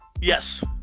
Yes